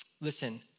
listen